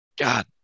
God